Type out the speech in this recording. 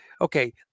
okay